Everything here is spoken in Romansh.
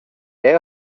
era